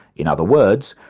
in other words,